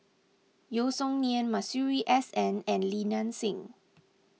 Yeo Song Nian Masuri S N and Li Nanxing